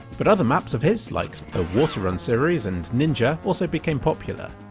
but other maps of his like the water run series and ninja also became popular.